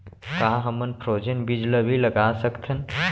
का हमन फ्रोजेन बीज ला भी लगा सकथन?